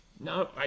No